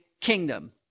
kingdom